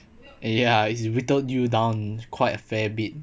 ya it wittled you down quite a fair bit